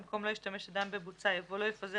במקום "לא ישתמש אדם בבוצה" יבוא "לא יפזר